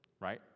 right